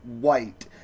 white